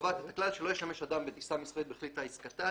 קובעת את הכלל שלא ישמש אדם בטיסה מסחרית בכלי טיס קטן,